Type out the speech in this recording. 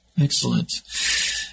excellent